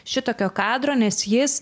šitokio kadro nes jis